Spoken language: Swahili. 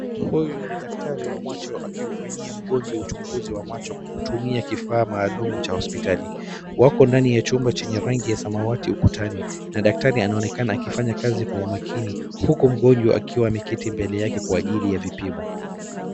Huyu ni daktari wa macho akimfanyia mgonjwa uchunguzi wa macho kwa kutumia kifaa maalum cha hospitali. Wako ndani ya chumba chenye rangi ya samawati ukutani na daktari anaonekana akifanya kazi kwa umakini huku mgonjwa akiwa ameketi mbele yake kwa ajili ya vipimo.